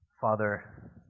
Father